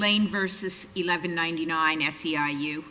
lane verses eleven ninety nine sci you